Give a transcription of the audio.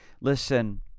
Listen